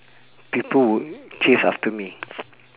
people will chase after me